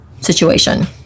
situation